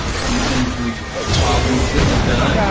a few things we probably shouldn't have done.